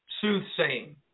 Soothsaying